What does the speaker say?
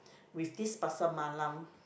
with this Pasar malam